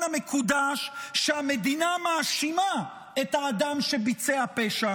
המקודש שהמדינה מאשימה את האדם שביצע פשע,